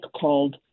called